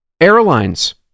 airlines